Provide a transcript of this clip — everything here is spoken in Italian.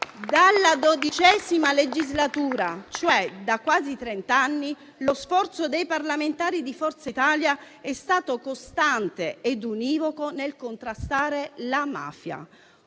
Dalla XII legislatura, cioè da quasi trent'anni, lo sforzo dei parlamentari di Forza Italia è stato costante ed univoco nel contrastare la mafia.